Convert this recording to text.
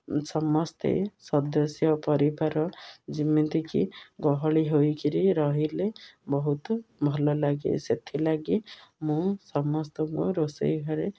ସମସ୍ତେ ସଦସ୍ୟ ପରିବାର ଯେମିତିକି ଗହଳି ହୋଇକିରି ରହିଲେ ବହୁତ ଭଲ ଲାଗେ ସେଥିଲାଗି ମୁଁ ସମସ୍ତଙ୍କୁ ରୋଷେଇ ଘରେ